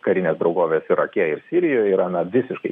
karines draugoves irake ir sirijoje yra na visiškai